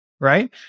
Right